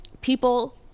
People